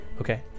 Okay